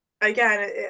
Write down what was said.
again